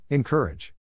Encourage